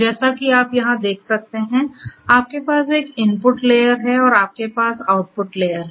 जैसा कि आप यहां देख सकते हैं आपके पास एक इनपुट लेयर है और आपके पास आउटपुट लेयर है